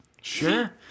sure